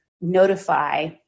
notify